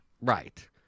Right